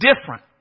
different